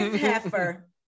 heifer